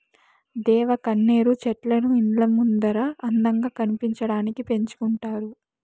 దేవగన్నేరు చెట్లను ఇండ్ల ముందర అందంగా కనిపించడానికి పెంచుకుంటారు